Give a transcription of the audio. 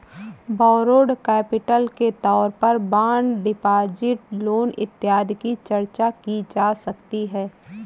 borrowed capital के तौर पर बॉन्ड डिपॉजिट लोन इत्यादि की चर्चा की जा सकती है